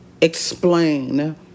explain